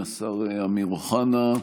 השר אמיר אוחנה,